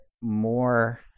more